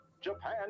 Japan